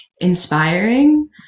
inspiring